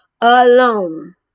alone